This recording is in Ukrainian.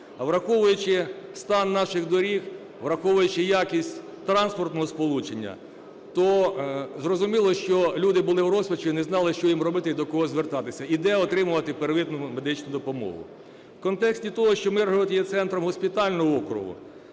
враховуючи стан наших доріг, враховуючи якість транспортного сполучення, то зрозуміло, що люди були в розпачі і не знали, що їм робити і до кого звертатися, і де отримувати первинну медичну допомогу. В контексті того, що Миргород є центром госпітального округу,